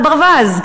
זה ברווז,